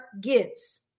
gives